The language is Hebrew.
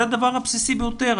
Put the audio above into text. זה הדבר הבסיסי ביותר.